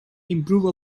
improve